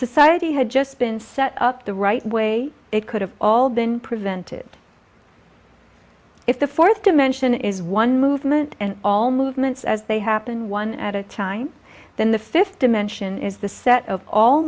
society had just been set up the right way it could have all been prevented if the fourth dimension is one movement and all movements as they happen one at a time then the fifth dimension is the set of all